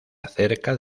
acerca